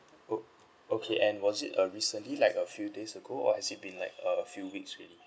orh okay and was it uh recently like a few days ago or has it been like uh uh a few weeks already